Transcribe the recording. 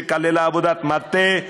שכללה עבודת מטה,